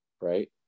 right